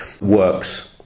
works